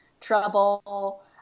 Trouble